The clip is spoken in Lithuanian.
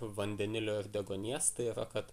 vandenilio ir deguonies tai yra kad